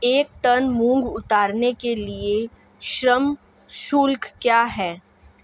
एक टन मूंग उतारने के लिए श्रम शुल्क क्या है?